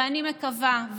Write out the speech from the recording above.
ואני מקווה,